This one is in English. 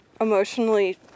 emotionally